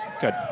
Good